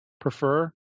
prefer